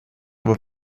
aber